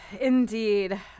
Indeed